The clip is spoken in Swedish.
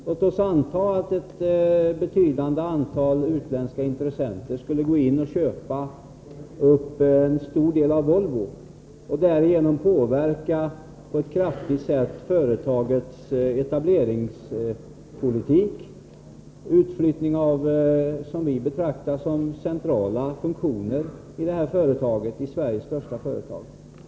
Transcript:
Låt oss anta att ett betydande antal utländska intressenter skulle köpa upp en stor del av Volvo och därigenom på ett kraftigt sätt påverka företagets etableringspolitik, utflyttning av vad vi betraktar som centrala funktioner i Sveriges största företag.